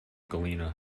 galena